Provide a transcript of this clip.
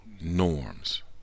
norms